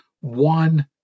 one